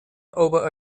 over